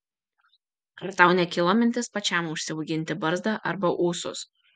ar tau nekilo mintis pačiam užsiauginti barzdą arba ūsus